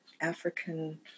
African